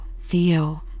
Theo